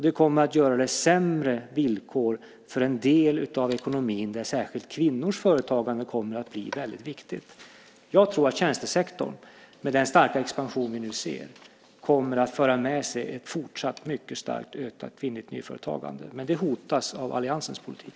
Det kommer att skapa sämre villkor för en del av ekonomin där särskilt kvinnors företagande kommer att bli väldigt viktigt. Jag tror att tjänstesektorn, med den starka expansion vi nu ser, kommer att föra med sig ett fortsatt mycket starkt ökat kvinnligt nyföretagande. Men det hotas av alliansens politik.